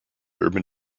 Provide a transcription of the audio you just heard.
urban